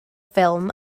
ffilm